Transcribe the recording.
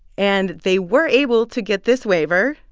and they were able to get this waiver.